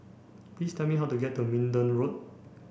please tell me how to get to Minden Road